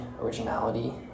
originality